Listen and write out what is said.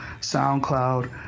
SoundCloud